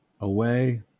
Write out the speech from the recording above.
away